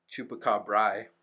Chupacabra